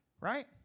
Right